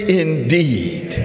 indeed